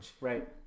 Right